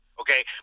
Okay